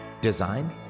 design